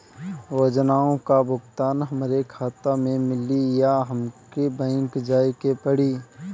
योजनाओ का भुगतान हमरे खाता में मिली या हमके बैंक जाये के पड़ी?